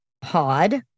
pod